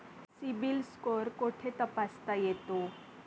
CIBIL score कुठे तपासता येतो?